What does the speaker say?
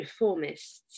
reformists